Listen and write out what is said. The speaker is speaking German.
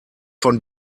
von